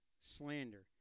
slander